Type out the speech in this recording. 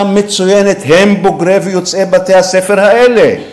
מצוינת הם בוגרי ויוצאי בתי-הספר האלה.